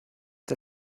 der